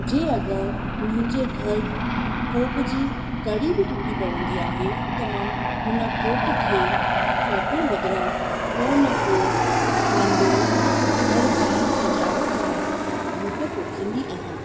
जंहिं अगरि मुंहिंजे घरु कोप जी कड़ी बि टुटी पवंदी आहे त मां हुन कोप खे फेकण बदिरां को न को नंढो घर जी सजावट लाइ ॿूटो पोखींदी आहियां